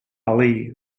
ali